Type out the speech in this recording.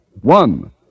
One